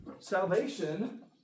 salvation